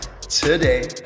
today